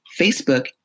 Facebook